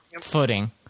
footing